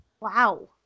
Wow